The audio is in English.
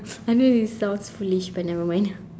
I know this sounds foolish but nevermind